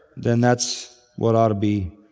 then that's what ought to be